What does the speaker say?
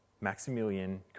Maximilian